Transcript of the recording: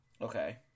Okay